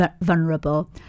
vulnerable